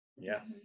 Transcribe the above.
Yes